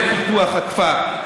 ופיתוח הכפר.